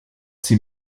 sie